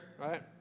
right